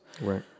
Right